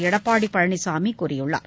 எடப்பாடி பழனிசாமி கூறியுள்ளார்